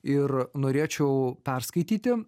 ir norėčiau perskaityti